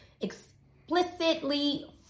explicitly